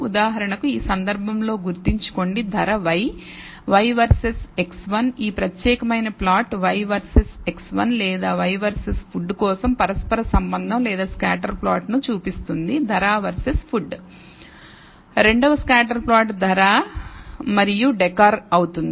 ఉదాహరణకు ఈ సందర్భంలో గుర్తుంచుకోండి ధర y y వర్సెస్ x1 ఈ ప్రత్యేకమైన ప్లాట్ y వర్సెస్ x1 లేదా y వర్సెస్ ఫుడ్ కోసం పరస్పర సంబంధం లేదా స్కాటర్ ప్లాట్ను చూపిస్తుంది ధర వర్సెస్ ఫుడ్ రెండవ స్కాటర్ ప్లాట్ ధర మరియు డెకర్ అవుతుంది